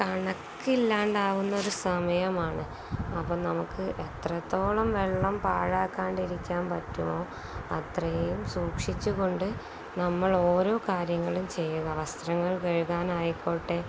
കണക്കില്ലാണ്ടാാവുന്നൊരു സമയമാണ് അപ്പോള് നമുക്ക് എത്രത്തോളം വെള്ളം പാഴാക്കാണ്ടിരിക്കാൻ പറ്റുമോ അത്രയും സൂക്ഷിച്ചുകൊണ്ടു നമ്മൾ ഓരോ കാര്യങ്ങളും ചെയ്യുക വസ്ത്രങ്ങൾ കഴുകാനായിക്കോട്ടെ